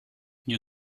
you